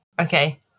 Okay